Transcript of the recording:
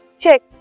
check